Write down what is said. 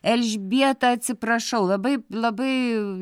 elžbieta atsiprašau labai labai